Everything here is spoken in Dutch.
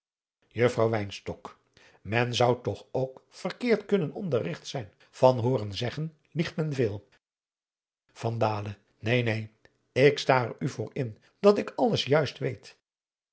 wynstok men zou toch ook verkeerd kunnen onderrigt zijn van hooren zeggen liegt men veel adriaan loosjes pzn het leven van johannes wouter blommesteyn van dalen neen neen ik sta er u voor in dat ik alles juist weet